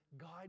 God